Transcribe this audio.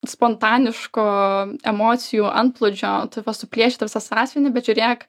spontaniško emocijų antplūdžio tu va suplėšei tą visą sąsiuvinį bet žiūrėk